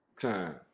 time